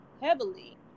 heavily